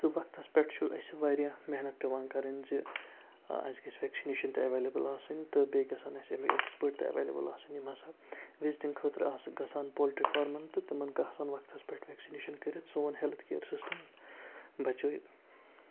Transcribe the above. تہٕ وَقتَس پٮ۪ٹھ چھُ اَسہِ واریاہ محنت پٮ۪وان کَرٕنۍ زِ اَسہِ گَژھِ وٮ۪کسِنیشَن تہِ اٮ۪وٮ۪لیبٕل آسٕنۍ تہٕ بیٚیہِ گَژھَن اَسہِ اَمِکۍ اٮ۪کسپٲٹ تہِ اٮ۪وٮ۪لیبٕل آسٕنۍ یِم ہَسا وِزٹِنٛگ خٲطرٕ آسہٕ گَژھان پولٹری فارمَن تہٕ تِمَن آسَن وَقتَس پٮ۪ٹھ وٮ۪کسِنیشَن کٔرِتھ سون ہٮ۪لٕتھ کِیَر سِسٹَم بَچٲیِتھ